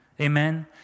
Amen